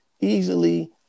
easily